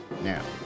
now